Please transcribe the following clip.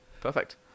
perfect